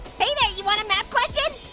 hey there you want a math question?